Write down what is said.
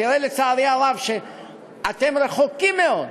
תראה שאתם רחוקים מאוד,